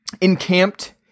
encamped